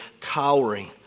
cowering